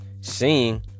seeing